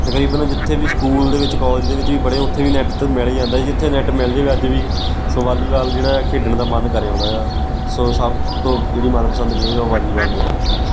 ਤਕਰੀਬਨ ਜਿੱਥੇ ਵੀ ਸਕੂਲ ਦੇ ਵਿੱਚ ਕੋਲਜ ਦੇ ਵਿੱਚ ਵੀ ਪੜ੍ਹੇ ਉੱਥੇ ਵੀ ਨੈੱਟ ਤਾਂ ਮਿਲ ਹੀ ਜਾਂਦਾ ਜਿੱਥੇ ਨੈਟ ਮਿਲ ਜਾਵੇ ਅੱਜ ਵੀ ਸੋ ਵਾਲੀਬਾਲ ਜਿਹੜਾ ਖੇਡਣ ਦਾ ਮਨ ਕਰ ਆਉਂਦਾ ਆ ਸੋ ਸਭ ਤੋਂ ਜਿਹੜੀ ਮਨਪਸੰਦ ਗੇਮ ਹੈ ਉਹ ਵਾਲੀਬਾਲ ਹੀ ਹੈ